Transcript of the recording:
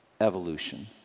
Evolution